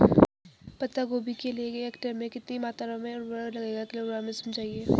पत्ता गोभी के लिए एक हेक्टेयर में कितनी मात्रा में उर्वरक लगेगा किलोग्राम में समझाइए?